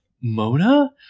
Mona